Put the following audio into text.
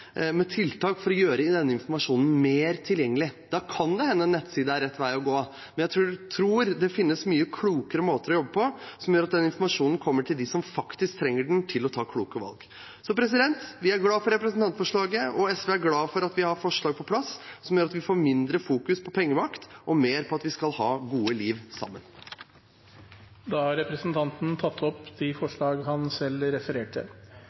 med tiltak for å gjøre denne informasjonen mer tilgjengelig. Da kan det hende at en nettside er rett vei å gå, men jeg tror det finnes mye klokere måter å jobbe på, som gjør at den informasjonen kommer til dem som faktisk trenger den for å ta kloke valg. Vi er glad for representantforslaget, og SV er glad for at vi har på plass forslag som gjør at vi får mindre fokus på pengemakt og mer på at vi skal ha et godt liv sammen. Representanten Nicholas Wilkinson har tatt opp det forslaget han refererte